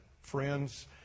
friends